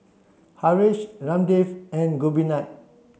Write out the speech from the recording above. Haresh Ramdev and Gopinath